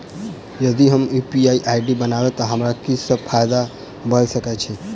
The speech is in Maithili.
यदि हम यु.पी.आई आई.डी बनाबै तऽ हमरा की सब फायदा भऽ सकैत अछि?